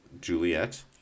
Juliet